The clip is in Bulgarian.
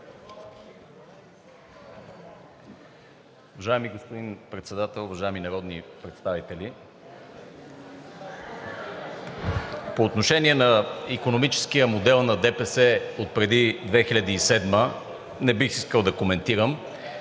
Уважаеми господин Председател, уважаеми народни представители! По отношение на икономическия модел на ДПС от преди 2007 г. не бих искал да коментирам.